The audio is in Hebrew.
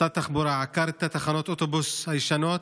משרד התחבורה עקר את תחנות האוטובוס הישנות